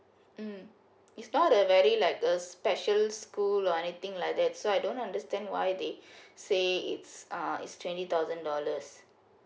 mm it's not a very like a special school or anything like that so I don't understand why they say it's uh it's twenty thousand dollars